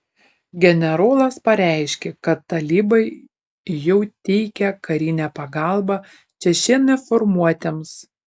generolas pareiškė kad talibai jau teikia karinę pagalbą čečėnų formuotėms